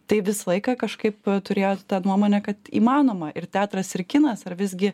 tai visą laiką kažkaip turėjot tą nuomonę kad įmanoma ir teatras ir kinas ar visgi